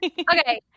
Okay